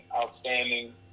outstanding